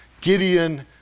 Gideon